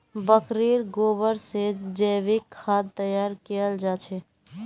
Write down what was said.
बकरीर गोबर से जैविक खाद तैयार कियाल जा छे